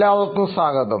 എല്ലാവർക്കും സ്വാഗതം